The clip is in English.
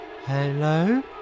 Hello